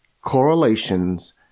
correlations